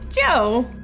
Joe